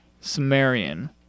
sumerian